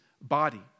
body